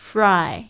Fry